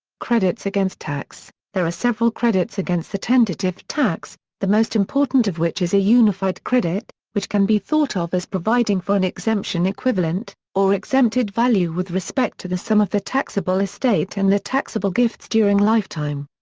credits against tax there are several credits against the tentative tax, the most important of which is a unified credit which can be thought of as providing for an exemption equivalent or exempted value with respect to the sum of the taxable estate and the taxable gifts during lifetime.